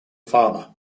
farmer